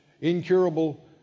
incurable